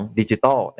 digital